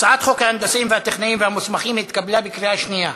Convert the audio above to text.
ההנדסאים והטכנאים המוסמכים (תיקון) התקבלה בקריאה שנייה.